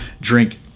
drink